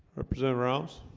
represented realms,